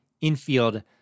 infield